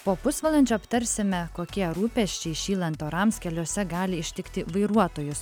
po pusvalandžio aptarsime kokie rūpesčiai šylant orams keliuose gali ištikti vairuotojus